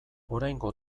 oraingo